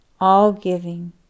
all-giving